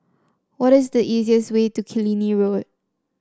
what is the easiest way to Killiney Road